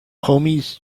homies